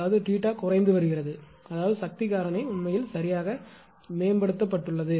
அதாவது 𝜃′ குறைந்து வருகிறது அதாவது சக்தி காரணிபவர் ஃபாக்டர் உண்மையில் சரியாக மேம்படுத்தப்பட்டுள்ளது